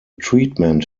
treatment